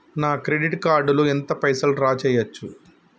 నా credit card లో ఎంత పైసల్ డ్రా చేయచ్చు?